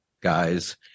guys